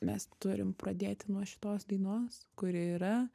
mes turim pradėti nuo šitos dainos kuri yra